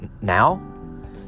now